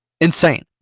insane